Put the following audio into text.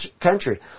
country